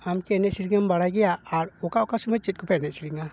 ᱟᱢ ᱪᱮᱫ ᱮᱱᱮᱡ ᱥᱮᱨᱮᱧ ᱮᱢ ᱵᱟᱲᱟᱭ ᱜᱮᱭᱟ ᱟᱨ ᱚᱠᱟ ᱚᱠᱟ ᱥᱚᱢᱳᱭ ᱪᱮᱫ ᱠᱚᱯᱮ ᱮᱱᱮᱡ ᱥᱮᱨᱮᱧᱟ